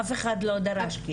אף אחד לא דרש.